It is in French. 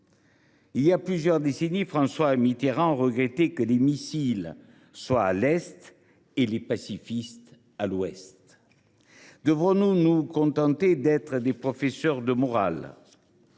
Voilà plusieurs décennies, François Mitterrand regrettait que les missiles soient à l’est et les pacifistes à l’ouest. Devrons nous nous contenter d’être des professeurs de morale ?